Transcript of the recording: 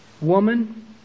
Woman